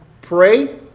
pray